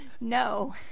no